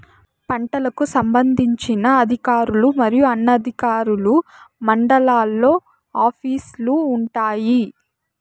పంటలకు సంబంధించిన అధికారులు మరియు అనధికారులు మండలాల్లో ఆఫీస్ లు వుంటాయి?